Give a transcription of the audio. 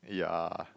yeah